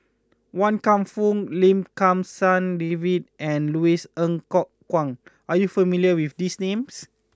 Wan Kam Fook Lim Kim San David and Louis Ng Kok Kwang are you not familiar with these names